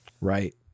Right